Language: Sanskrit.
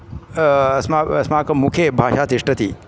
अस्माकं अस्माकं मुखे भाषा तिष्ठति